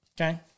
okay